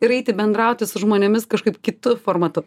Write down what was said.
ir eiti bendrauti su žmonėmis kažkaip kitu formatu